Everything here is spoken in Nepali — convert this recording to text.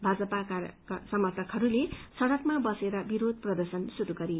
भाजपा समर्थकहरूले सड़कमा बसेर विरोध प्रदश्चन शुरू गरे